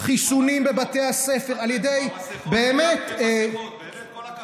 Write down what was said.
חיסונים בבתי הספר, הורדתם מסכות, באמת כל הכבוד.